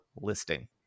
listing